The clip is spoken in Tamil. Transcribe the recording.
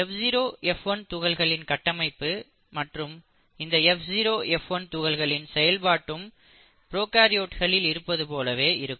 F0 F1 துகள்களின் கட்டமைப்பு மற்றும் இந்த F0 F1 துகள்களின் செயல்பாடும் ப்ரோகாரியோட்களில் இருப்பது போலவே இருக்கும்